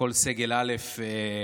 כל סגל א'